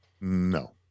No